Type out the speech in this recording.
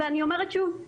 אני אומרת שוב,